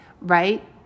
right